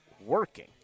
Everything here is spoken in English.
working